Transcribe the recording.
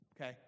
okay